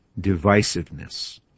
divisiveness